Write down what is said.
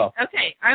Okay